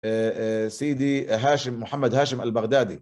סיידי, האשם, מוחמד האשם אל-בגדדי